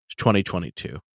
2022